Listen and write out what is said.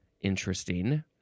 interesting